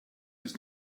das